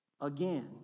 again